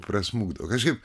prasmukdavo kažkaip